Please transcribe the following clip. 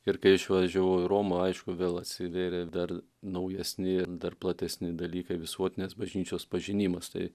ir kai išvažiavau į romą aišku vėl atsiverė dar naujesni dar platesni dalykai visuotinės bažnyčios pažinimas tai